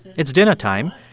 it's dinnertime.